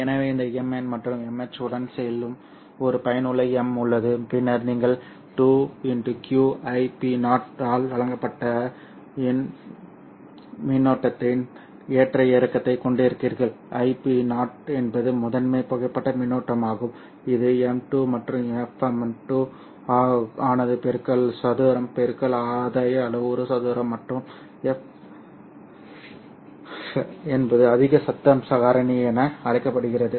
எனவே இந்த Mn மற்றும் Mh உடன் செல்லும் ஒரு பயனுள்ள M உள்ளது பின்னர் நீங்கள் 2qIp0 ஆல் வழங்கப்பட்ட மின்னோட்டத்தின் ஏற்ற இறக்கத்தைக் கொண்டிருக்கிறீர்கள் Ip0 என்பது முதன்மை புகைப்பட மின்னோட்டமாகும் இது M2 மற்றும் FM2 ஆனது பெருக்கல் சதுரம் பெருக்கல் ஆதாய அளவுரு சதுரம் மற்றும் F என்பது அதிக சத்தம் காரணி என அழைக்கப்படுகிறது